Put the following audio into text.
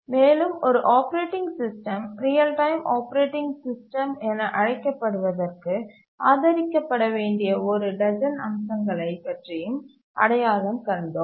மேலும் ஒரு operating system real time operating system என அழைக்கப்படுவதற்கு ஆதரிக்கப்பட வேண்டிய ஒரு டஜன் அம்சங்களைப் பற்றி அடையாளம் கண்டோம்